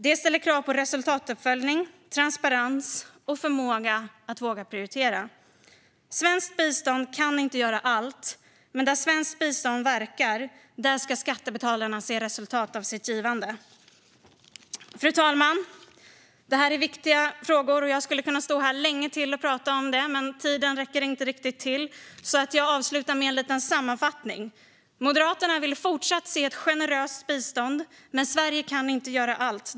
Det ställer krav på resultatuppföljning, transparens och förmåga att våga prioritera. Svenskt bistånd kan inte göra allt, men där svenskt bistånd verkar ska skattebetalarna se resultat av sitt givande. Fru talman! Det här är viktiga frågor, och jag skulle kunna stå här länge och prata om detta. Men tiden räcker inte riktigt till, så jag avslutar med en liten sammanfattning: Moderaterna vill fortsatt se ett generöst bistånd, men Sverige kan inte göra allt.